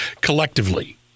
collectively